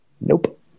nope